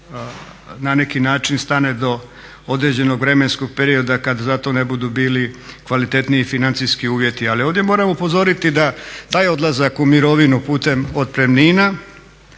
na neki način stane do određenog vremenskog perioda kad za to be budu bili kvalitetniji financijski uvjeti. Ali ovdje moram upozoriti da taj odlazak u mirovinu putem otpremnina